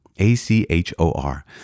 A-C-H-O-R